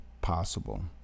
possible